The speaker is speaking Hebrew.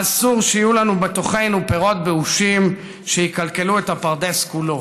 ואסור שיהיו לנו בתוכנו פירות באושים שיקלקלו את הפרדס כולו.